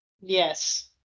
Yes